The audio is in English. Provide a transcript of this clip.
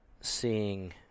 seeing